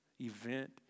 event